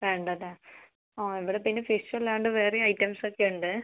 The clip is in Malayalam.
വേണ്ട അല്ലേ ആ ഇവിടെ പിന്നെ ഫിഷ് അല്ലാണ്ട് വേറെയും ഐറ്റംസ് ഒക്കെ ഉണ്ട്